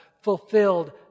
fulfilled